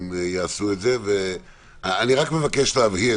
אני רק מבקש להבהיר